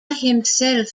himself